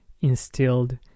instilled